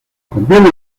conviene